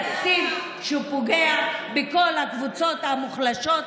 זה תקציב שפוגע בכל הקבוצות המוחלשות,